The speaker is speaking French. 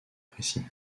précis